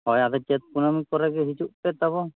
ᱦᱚᱭ ᱟᱫᱚ ᱪᱟᱹᱛ ᱠᱩᱱᱟᱹᱢᱤ ᱠᱚᱨᱮᱜᱮ ᱦᱤᱡᱩᱜᱯᱮ ᱛᱟᱵᱚ